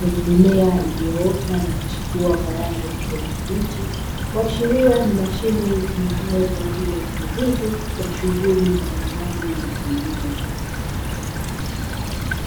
zenye mimea iliyoota na kuchipua kwa rangi ya kijani kibichi, kuashiria ni mashine itumikayo kwa ajili ya usaidizi wa shughuli mbalimbali za kilimo.